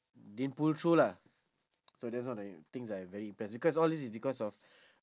didn't pull through lah so that's one of the things I am very impress because all this is because of